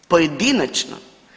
Pojedinačno?